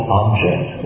object